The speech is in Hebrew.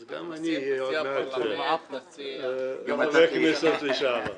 אז גם אני אהיה עוד מעט חבר כנסת לשעבר.